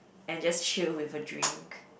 and just chill with a drink